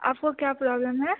आपको क्या प्रॉब्लम है